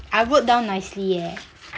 I wrote down nicely eh